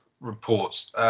reports